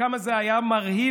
וכמה זה היה מרהיב,